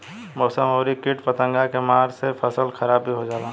मौसम अउरी किट पतंगा के मार से फसल खराब भी हो जाला